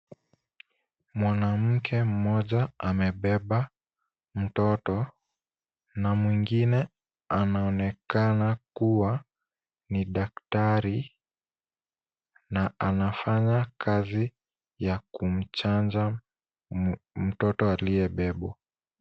Mwanamke mmoja amebeba mtoto na mwingine anaonekana kuwa ni daktari na anafanya kazi ya kumchanja mtoto aliyebebwa.